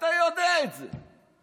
אתה יודע את זה.